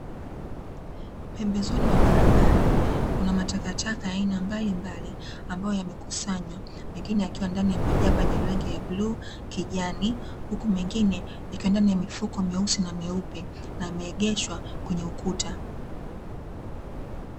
Pembezoni mwa barabara, kuna matakataka ya aina mbalimbali ,ambayo yamekusanywa, mengine yakiwa ndani ya majaba yenye rangi ya bluu, kijani, huku mengine yakiwa ndani ya mifuko myeusi na myeupe, na yameegeshwa kwenye ukuta.